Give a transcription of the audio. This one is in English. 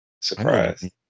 Surprise